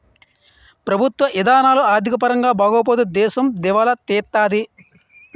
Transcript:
ప్రభుత్వ ఇధానాలు ఆర్థిక పరంగా బాగోపోతే దేశం దివాలా తీత్తాది